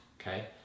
okay